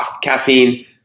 caffeine